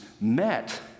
met